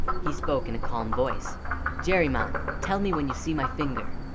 he spoke in a calm voice jerry, man. tell me when you see my finger